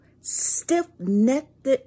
stiff-necked